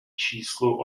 číslu